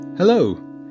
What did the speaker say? Hello